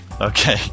Okay